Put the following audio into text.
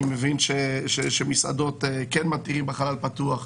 אני מבין שמסעדות כן מתירים בחלל פתוח.